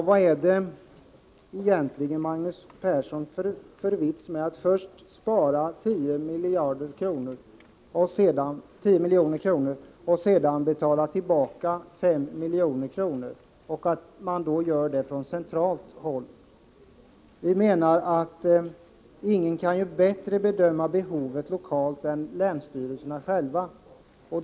Vad är det egentligen, Magnus Persson, för vits med att först spara 10 milj.kr. och sedan betala tillbaka 5 milj.kr. och göra det från centralt håll? Ingen kan ju bättre än länsstyrelserna själva bedöma behovet lokalt och därmed också fördela resurser på bästa sätt, menar vi.